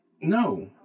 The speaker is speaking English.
No